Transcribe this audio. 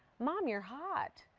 mom, you're hot.